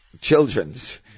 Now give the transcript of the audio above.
Children's